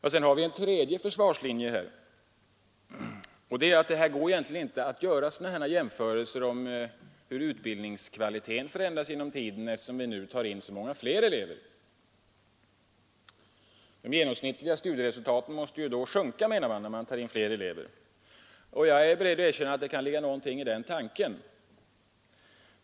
Utbildningsministerns tredje försvarslinje är att det inte är möjligt att göra jämförelser beträffande utbildningskvalitet förr och nu, eftersom man i den nya skolan tar in så många fler elever. Han menar att de genomsnittliga studieresultaten då måste sjunka. Jag är beredd att erkänna att det kan ligga något i denna tanke.